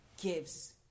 gives